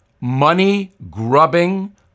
money-grubbing